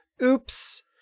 Oops